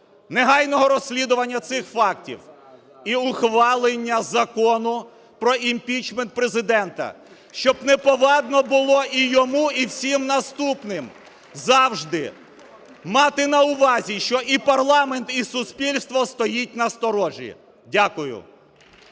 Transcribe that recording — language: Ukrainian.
негайного розслідування цих фактів і ухвалення Закону про імпічмент Президента, щоб неповадно було і йому, і всім наступним, завжди мати на увазі, що і парламент, і суспільство стоїть на сторожі. Дякую.